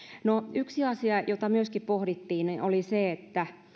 yksi asia jota myöskin pohdittiin oli se